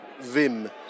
vim